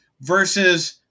versus